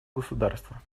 государства